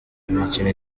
imikino